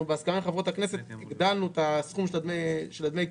אנחנו בהסכמה עם חברות הכנסת הגדלנו את הסכום של דמי קיום.